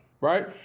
right